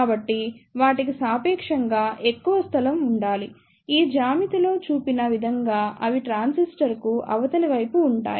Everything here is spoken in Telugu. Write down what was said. కాబట్టి వాటికి సాపేక్షంగా ఎక్కువ స్థలం ఉండాలి ఈ జ్యామితిలో చూపిన విధంగా అవి ట్రాన్సిస్టర్కు అవతలి వైపు ఉంటాయి